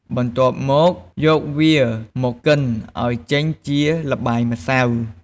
បន្ទាប់់មក យកវាមកកិនឱ្យចេញជាល្បាយម្សៅ។